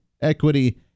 equity